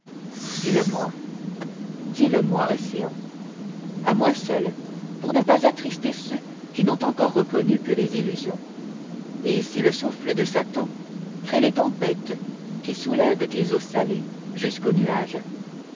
dis-le moi océan à moi seul pour ne pas attrister ceux qui n'ont encore connu que les illusions et si le souffle de satan crée les tempêtes qui soulèvent tes eaux salées jusqu'aux nuages